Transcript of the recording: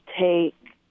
take